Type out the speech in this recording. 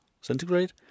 centigrade